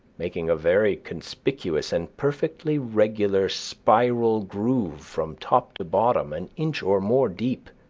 making a very conspicuous and perfectly regular spiral groove from top to bottom, an inch or more deep,